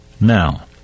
now